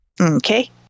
Okay